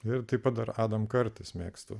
ir taip pat dar radome kartais mėgstu